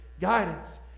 guidance